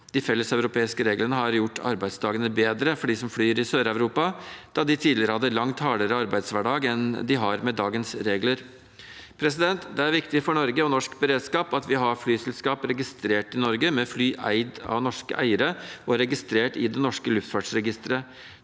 De felleseuropeiske reglene har gjort arbeidsdagene bedre for dem som flyr i Sør-Europa, da de tidligere hadde langt hardere arbeidshverdag enn de har med dagens regler. Det er viktig for Norge og norsk beredskap at vi har flyselskap registrert i Norge med fly eid av norske eiere og registrert i det norske luftfartsregisteret.